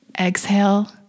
exhale